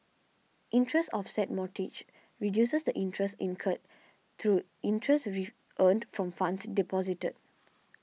interest offset mortgages reduces the interest incurred through interest re earned from funds deposited